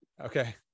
Okay